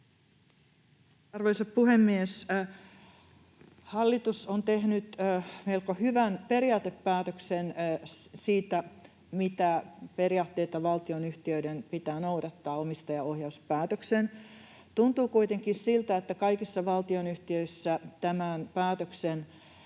Arvoisa puhemies! Hallitus on tehnyt melko hyvän periaatepäätöksen siitä, mitä periaatteita valtionyhtiöiden pitää noudattaa, omistajaohjauspäätöksen. Tuntuu kuitenkin siltä, että kaikissa valtionyhtiöissä tämän päätöksen